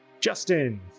Justin